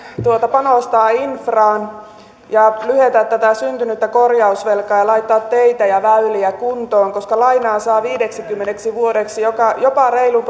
panostaa infraan ja lyhentää tätä syntynyttä korjausvelkaa ja laittaa teitä ja väyliä kuntoon koska lainaa saa viideksikymmeneksi vuodeksi jopa reilun